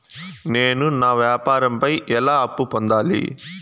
నేను నా వ్యాపారం పై ఎలా అప్పు పొందాలి?